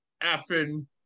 effing